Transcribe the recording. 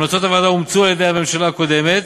המלצות הוועדה אומצו על-ידי הממשלה הקודמת